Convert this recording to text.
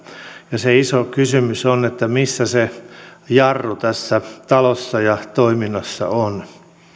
ja se iso kysymys on missä se jarru tässä talossa ja toiminnassa on